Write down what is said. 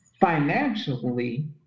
financially